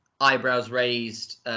eyebrows-raised